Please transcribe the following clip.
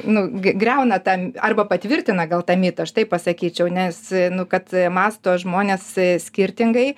nu g griauna tą arba patvirtina gal tą mitą aš taip pasakyčiau nes nu kad mąsto žmonės skirtingai